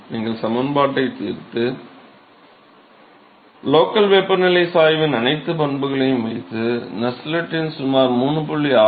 நீங்கள் சமன்பாட்டைத் தீர்த்து லோக்கல் வெப்பநிலை சாய்வின் அனைத்து பண்புகளையும் வைத்து நஸ்ஸெல்ட் எண் சுமார் 3